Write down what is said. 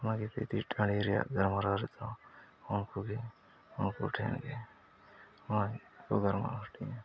ᱚᱱᱟ ᱜᱤᱯᱤᱛᱤᱡ ᱴᱟᱺᱰᱤ ᱨᱮᱭᱟᱜ ᱜᱟᱞᱢᱟᱨᱟᱣ ᱨᱮᱫᱚ ᱩᱱᱠᱩ ᱜᱮ ᱩᱱᱠᱩ ᱴᱷᱮᱱ ᱜᱮ ᱱᱚᱣᱟ ᱜᱮᱠᱚ ᱜᱟᱞᱢᱟᱣᱟ ᱠᱚ ᱦᱟᱹᱴᱤᱧᱟ